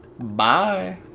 Bye